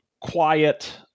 Quiet